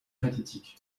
pathétique